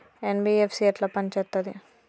NBFC ఎట్ల పని చేత్తది?